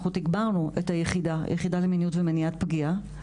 אנחנו תגברנו את היחידה למיניות ומניעת פגיעה,